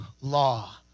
law